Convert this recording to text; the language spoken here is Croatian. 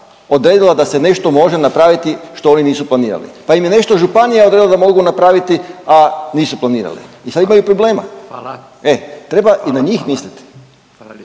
odredila da se nešto može napraviti što oni nisu planirali, pa im je nešto županija odredila da mogu napraviti, a nisu planirali i sad imaju problema. …/Upadica Radin: